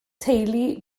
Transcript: teulu